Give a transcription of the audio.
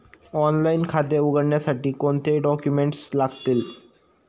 Online खाते उघडण्यासाठी कोणते डॉक्युमेंट्स लागतील?